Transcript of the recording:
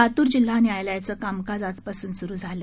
लातूर जिल्हा न्यायालयाचं कामकाज आजपासून स्रु झालं